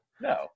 No